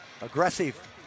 Aggressive